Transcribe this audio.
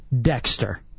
Dexter